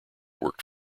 worked